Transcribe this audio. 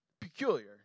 Peculiar